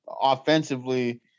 offensively